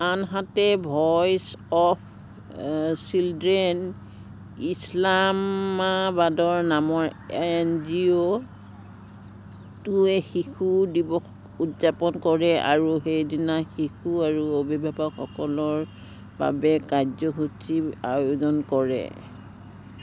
আনহাতে voice of children ইছলামাবাদৰ নামৰ এন জি অ'টোৱে শিশু দিৱস উদযাপন কৰে আৰু সেইদিনা শিশু আৰু অভিভাৱকসকলৰ বাবে কাৰ্যসূচী আয়োজন কৰে